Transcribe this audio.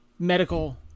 Medical